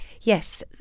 Yes